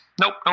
Nope